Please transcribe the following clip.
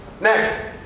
Next